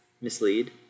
mislead